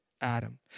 Adam